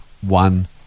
one